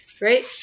Right